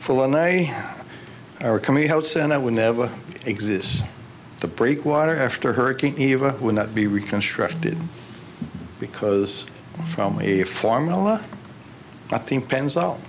full and i are coming house and i would never exist the breakwater after hurricane eva would not be reconstructed because from a formula i think pans out